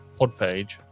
Podpage